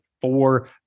four